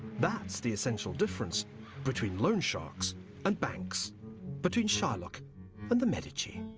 that's the essential difference between loan sharks and banks between shylock and the medici.